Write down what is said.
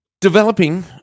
Developing